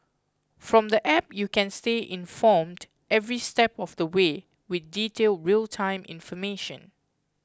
from the app you can stay informed every step of the way with detailed real time information